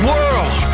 World